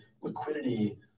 liquidity